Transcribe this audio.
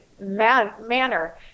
manner